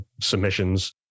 submissions